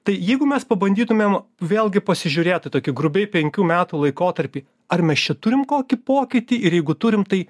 tai jeigu mes pabandytumėm vėlgi pasižiūrėti tokiu grubiai penkių metų laikotarpį ar mes čia turim kokį pokytį ir jeigu turim tai